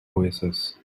oasis